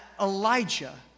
Elijah